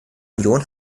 union